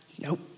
nope